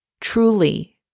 truly